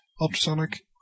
Ultrasonic